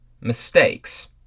mistakes